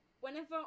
whenever